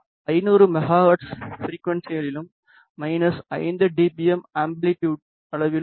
500 megahertz ஃபிரிக்குவன்ஸியிலும் minus 5 dBm amplitude அளவிலும் இருக்கும்